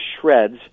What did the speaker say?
shreds